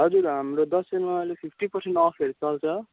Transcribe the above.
हजुर हाम्रो दसैँमा अहिले फिप्टी पर्सेन्ट अफहरू चल्छ